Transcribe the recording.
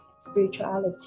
spirituality